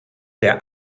der